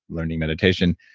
learning meditation,